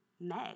Meg